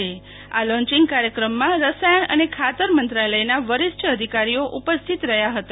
આ લોન્ચિંગ કાર્યક્રમમાં રસાયણ અને ખાતર મંત્રાલય વરિષ્ઠ અધિકારીઓ ઉપસ્થિત રહ્યા હતા